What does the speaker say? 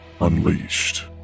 unleashed